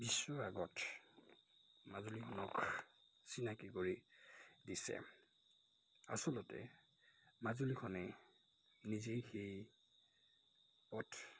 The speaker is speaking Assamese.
বিশ্বৰ আগত মাজুলীক চিনাকি কৰি দিছে আচলতে মাজুলীখনেই নিজেই সেই পথ